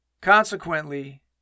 Consequently